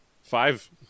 five